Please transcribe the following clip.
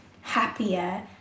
happier